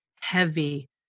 heavy